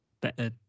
better